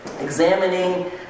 examining